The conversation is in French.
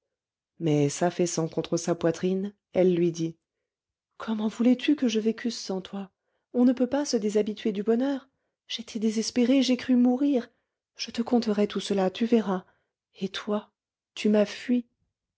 mais s'affaissant contre sa poitrine elle lui dit comment voulais-tu que je vécusse sans toi on ne peut pas se déshabituer du bonheur j'étais désespérée j'ai cru mourir je te conterai tout cela tu verras et toi tu m'as fuie